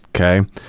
Okay